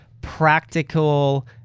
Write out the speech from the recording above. practical